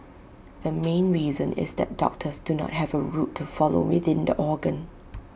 the main reason is that doctors do not have A route to follow within the organ